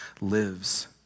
lives